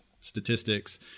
statistics